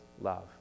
love